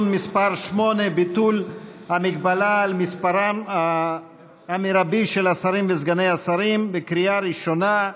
(ביטול המגבלה על מספרם המרבי של השרים וסגני השרים) (קריאה ראשונה):